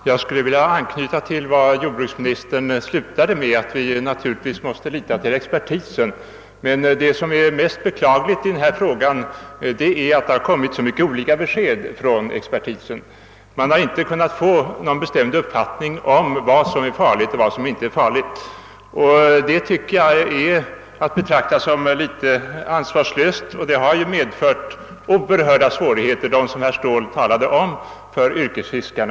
Herr talman! Jag vill knyta an till det som jordbruksministern slutade med, att vi naturligtvis måste lita till expertisen. Men det som är det mest beklagliga i denna fråga är ju att det har kommit så många olika besked från expertisen. Man har inte kunnat få någon bestämd uppfattning om vad som är farligt och vad som inte är farligt. Detta att sprida uppgifter som inte är klart dokumenterade tycker jag är att betrakta som något ansvarslöst. Herr Ståhl har nyss redovisat vilka svårigheter som uppstått för yrkesfiskarna.